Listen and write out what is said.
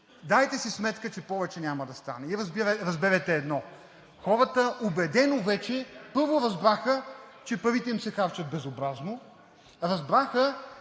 дайте си сметка, че повече няма да стане и разберете едно – хората убедено вече, първо, разбраха, че парите им се харчат безобразно, разбраха,